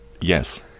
Yes